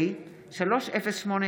על פי סעיף 96(ה)(1) לתקנון הכנסת,